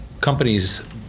companies